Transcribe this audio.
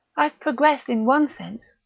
i've progressed, in one sense,